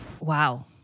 Wow